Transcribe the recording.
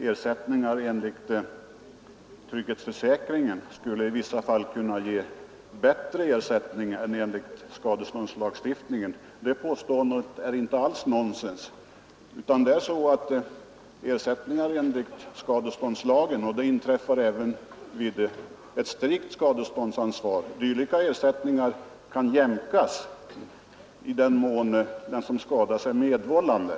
Herr talman! Påståendet att trygghetsförsäkringen i vissa fall kan ge bättre ersättning än enligt skadeståndslagstiftningen är inte alls nonsens. Ersättningar enligt skadeståndslagen kan även vid ett strikt arbetsgivaransvar jämkas i den mån den som skadats är medvållande.